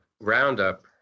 roundup